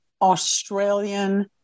Australian